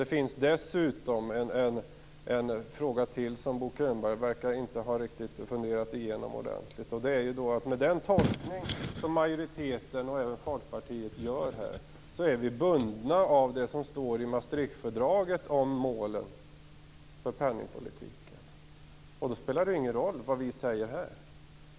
Det finns dessutom en fråga till som Bo Könberg inte riktigt verkar ha funderat igenom ordentligt. Det är att vi, med den tolkning som majoriteten och även Folkpartiet gör, är bundna av det som står i Maastrichtfördraget om målen för penningpolitiken. Då spelar det ingen roll vad vi säger här.